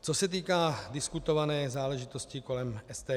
Co se týká diskutované záležitosti kolem STK.